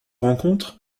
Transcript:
rencontres